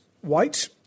white